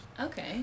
Okay